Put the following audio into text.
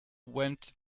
went